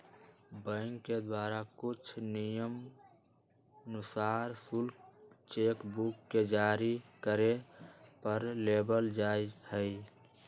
bank के द्वारा कुछ नियमानुसार शुल्क चेक बुक के जारी करे पर लेबल जा हई